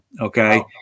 okay